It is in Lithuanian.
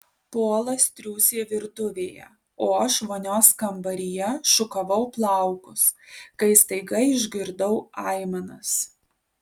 polas triūsė virtuvėje o aš vonios kambaryje šukavau plaukus kai staiga išgirdau aimanas